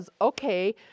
okay